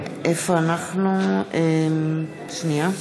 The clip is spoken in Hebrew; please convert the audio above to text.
נגד יש עוד מישהו באולם שלא הצביע?